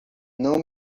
não